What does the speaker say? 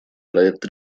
проект